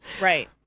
Right